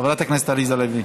חברת הכנסת עליזה לביא,